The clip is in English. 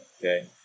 okay